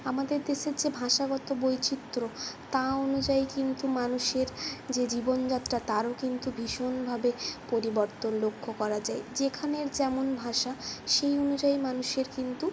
আমাদের দেশের যে ভাষাগত বৈচিত্র্য তা অনুযায়ী কিন্তু মানুষের যে জীবনযাত্রা তারও কিন্তু ভীষণভাবে পরিবর্তন লক্ষ্য করা যায় যেখানের যেমন ভাষা সেই অনুযায়ী মানুষের কিন্তু